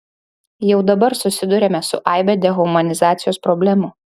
jau dabar susiduriame su aibe dehumanizacijos problemų